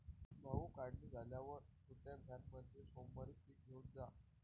भाऊ, काढणी झाल्यावर छोट्या व्हॅनमध्ये सोमवारी पीक घेऊन जा